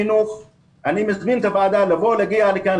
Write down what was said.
אני מזמין את הוועדה להגיע לכאן,